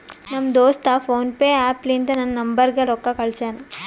ನಮ್ ದೋಸ್ತ ಫೋನ್ಪೇ ಆ್ಯಪ ಲಿಂತಾ ನನ್ ನಂಬರ್ಗ ರೊಕ್ಕಾ ಕಳ್ಸ್ಯಾನ್